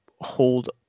hold